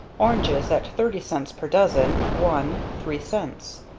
oranges at thirty cents per dozen, one, three cents.